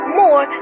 more